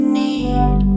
need